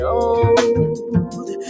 old